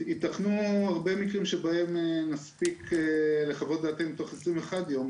ייתכנו הרבה מקרים שבהם נספיק לחוות את דעתנו תוך 21 יום,